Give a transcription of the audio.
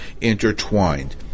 intertwined